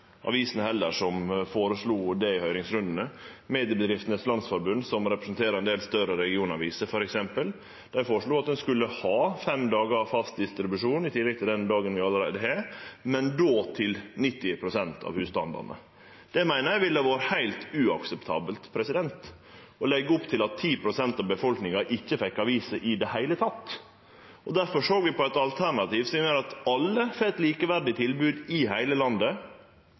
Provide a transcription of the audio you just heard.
avisene, heller, som føreslo det i høyringsrundane. Mediebedriftenes Landsforening, f.eks., som representerer ein del større regionaviser, føreslo at ein skulle ha fem dagar fast distribusjon i tillegg til den dagen vi allereie har, men då til 90 pst. av husstandane. Det meiner eg ville ha vore heilt uakseptabelt, å leggje opp til at 10 pst. av befolkninga ikkje fekk aviser i det heile. Derfor såg vi på eit alternativ som gjer at alle får eit likeverdig tilbod i heile landet,